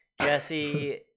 jesse